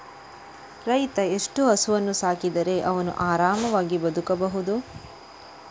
ರೈತ ಎಷ್ಟು ಹಸುವನ್ನು ಸಾಕಿದರೆ ಅವನು ಆರಾಮವಾಗಿ ಬದುಕಬಹುದು?